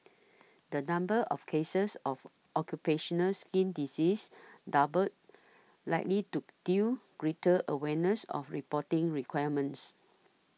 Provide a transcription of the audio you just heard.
the number of cases of occupational skin disease doubled likely to due greater awareness of reporting requirements